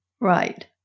Right